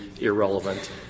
irrelevant